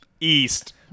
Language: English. East